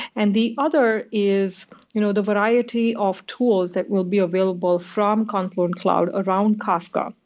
and the other is you know the variety of tools that will be available from confluent cloud around kafka,